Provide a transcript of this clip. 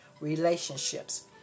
relationships